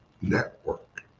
network